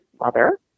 mother